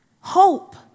hope